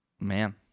Man